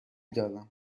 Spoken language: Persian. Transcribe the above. دارم